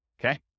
okay